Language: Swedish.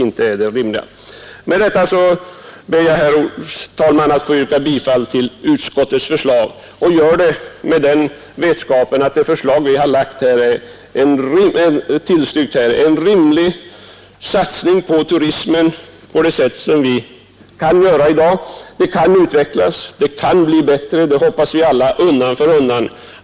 Det är orimligt. Med detta ber jag, herr talman, att få yrka bifall till vad utskottet hemställt. Jag gör det i vetskapen att de förslag som vi har tillstyrkt innebär en så rimlig satsning på turismen som vi kan göra i dag. Den kan utvecklas, den kan bli bättre undan för undan — det hoppas vi alla.